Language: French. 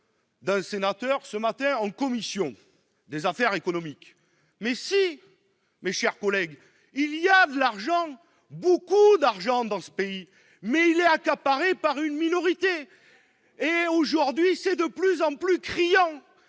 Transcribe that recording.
encore ce matin en commission des affaires économiques. Mais si, mes chers collègues, il y a de l'argent, et même beaucoup, dans ce pays, mais il est accaparé par une minorité ! Et cette réalité est de plus en plus criante